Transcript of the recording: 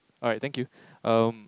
alright thank you um